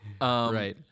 Right